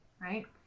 right